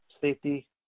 safety